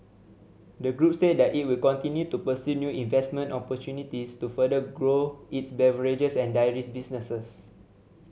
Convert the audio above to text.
the group said that it will continue to pursue new investment opportunities to further grow its beverages and dairies businesses